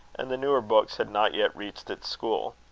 and the newer books had not yet reached its school.